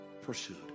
pursued